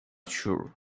sure